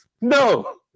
No